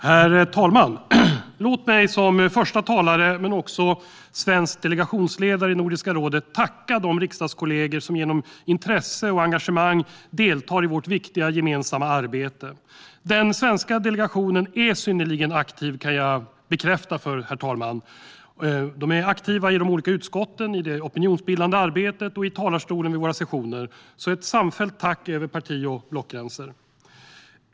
Herr talman! Låt mig som första talare, men också som svensk delegationsledare i Nordiska rådet, tacka de riksdagskollegor som genom intresse och engagemang deltar i vårt viktiga gemensamma arbete! Den svenska delegationen är synnerligen aktiv, kan jag bekräfta för herr talmannen. Den är aktiv i de olika utskotten, i det opinionsbildande arbetet och i talarstolen vid våra sessioner. Ett samfällt tack över parti och blockgränser!